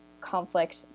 conflict